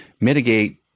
mitigate